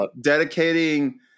dedicating